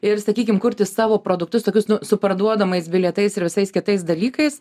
ir sakykim kurti savo produktus tokius su parduodamais bilietais ir visais kitais dalykais